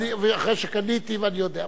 ואחרי שקניתי, ואני יודע.